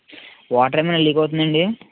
water ఏమైనా leak అవుతుందాండి